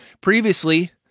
Previously